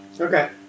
Okay